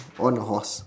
on the horse